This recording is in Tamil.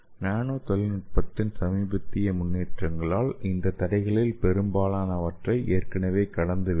நானோ தொழில்நுட்பத்தின் சமீபத்திய முன்னேற்றங்களால் இந்த தடைகளில் பெரும்பாலானவற்றை ஏற்கனவே கடந்துவிட்டோம்